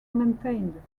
maintained